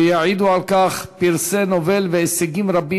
ויעידו על כך פרסי נובל והישגים רבים